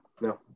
No